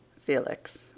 Felix